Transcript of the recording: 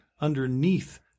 underneath